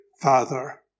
Father